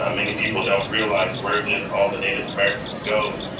um many people don't realize, where did all the native americans go?